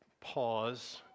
pause